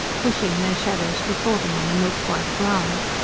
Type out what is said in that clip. pushing their shadows before them on the milk-white ground.